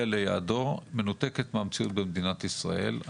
ליעדו מנותקת מהמציאות במדינת ישראל.